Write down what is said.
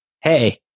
hey